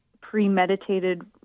Premeditated